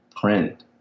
print